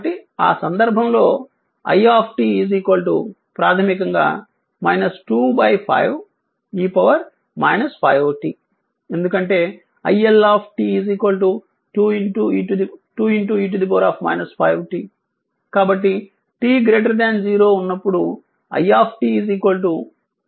కాబట్టి ఆ సందర్భంలో i ప్రాథమికంగా 2 5 e 5 t ఎందుకంటే iL 2 e 5 t కాబట్టి t 0 ఉన్నప్పుడు i 0